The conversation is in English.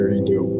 Radio